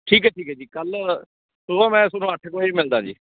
ਠੀਕ ਹੈ ਠੀਕ ਹੈ ਜੀ ਕੱਲ੍ਹ ਸੁਬਹਾ ਮੈਂ ਸੁਬਹਾ ਅੱਠ ਕੁ ਵਜੇ ਮਿਲਦਾ ਜੀ